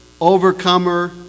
overcomer